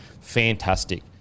fantastic